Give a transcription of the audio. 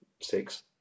six